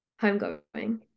Homegoing